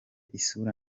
isura